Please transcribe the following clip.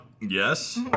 Yes